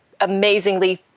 Amazingly